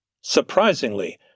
Surprisingly